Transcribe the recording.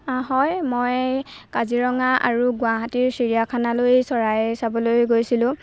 হয় মই কাজিৰঙা আৰু গুৱাহাটীৰ চিৰিয়াখানালৈ চৰাই চাবলৈ গৈছিলোঁ